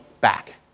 back